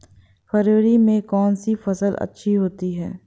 फरवरी में कौन सी फ़सल अच्छी होती है?